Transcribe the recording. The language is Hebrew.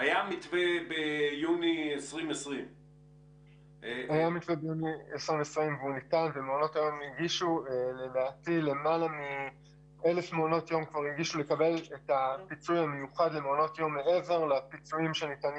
היתה מתווה ביוני 2020. היה מתווה ביוני 2020 ומעונות היום הגישו.